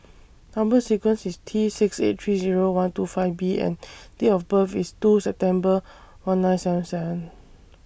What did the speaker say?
Number sequence IS T six eight three Zero one two five B and Date of birth IS two September one nine seven seven